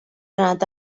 anat